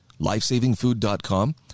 LifesavingFood.com